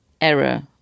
error